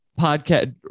podcast